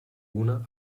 una